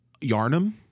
Yarnum